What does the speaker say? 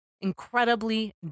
incredibly